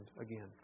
again